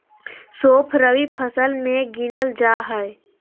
सौंफ रबी फसल मे गिनल जा हय